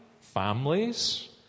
families